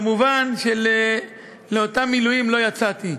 מובן שלאותם מילואים לא יצאתי.